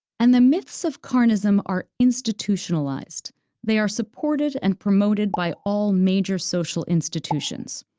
and the myths of carnism are institutionalized they are supported and promoted by all major social institutions,